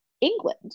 England